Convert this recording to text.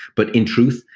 but in truth,